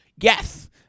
Yes